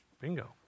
Bingo